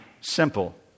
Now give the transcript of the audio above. Simple